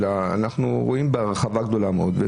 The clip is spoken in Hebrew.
אלא אנחנו רואים בהרחבה גדולה מאוד את